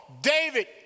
David